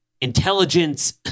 intelligence